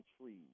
trees